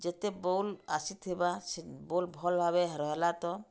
ଯେତେ ବୋଉଲ୍ ଆସିଥିବା ସେ ବୋଉଲ୍ ଭଲ୍ ଭାବେ ରହେଲା ତ